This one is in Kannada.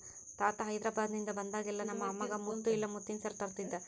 ತಾತ ಹೈದೆರಾಬಾದ್ನಿಂದ ಬಂದಾಗೆಲ್ಲ ನಮ್ಮ ಅಮ್ಮಗ ಮುತ್ತು ಇಲ್ಲ ಮುತ್ತಿನ ಸರ ತರುತ್ತಿದ್ದ